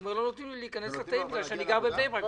שאמר: לא נותנים לי להיכנס לתאי האסירים מפני שאני גר בבני ברק.